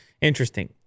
Interesting